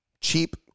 cheap